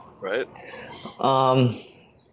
Right